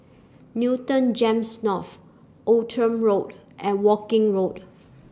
Newton Gems North Outram Road and Woking Road